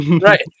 right